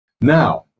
Now